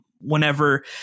whenever